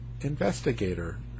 Investigator